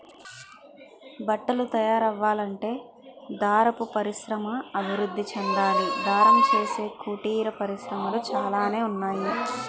బట్టలు తయారవ్వాలంటే దారపు పరిశ్రమ అభివృద్ధి చెందాలి దారం చేసే కుటీర పరిశ్రమలు చాలానే ఉన్నాయి